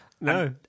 No